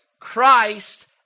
Christ